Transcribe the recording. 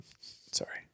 Sorry